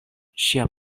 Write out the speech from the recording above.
ŝia